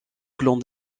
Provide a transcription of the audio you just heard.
clan